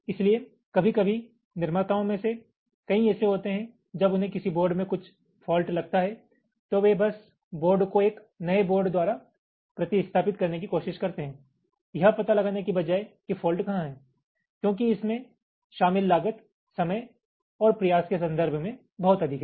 इसलिए कभी कभी निर्माताओं में से कई ऐसे होते हैं जब उन्हें किसी बोर्ड में कुछ फॉल्ट लगता है वे बस बोर्ड को एक नए बोर्ड द्वारा प्रतिस्थापित करने की कोशिश करते हैं यह पता लगाने कि बजाए कि फॉल्ट कहां है क्योंकि इसमें शामिल लागत समय और प्रयास के संदर्भ में बहुत अधिक है